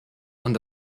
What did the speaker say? und